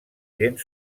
gent